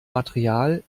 material